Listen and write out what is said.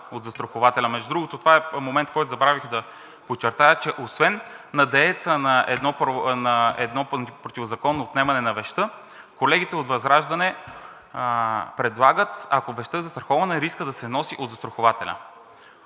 от застрахователя. Между другото това е момент, който забравих да подчертая, че освен на дееца на едно противозаконно отнемане на вещта колегите от ВЪЗРАЖДАНЕ предлагат, ако вещта е застрахована, рискът да се носи от застрахователя.